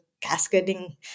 cascading